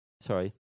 Sorry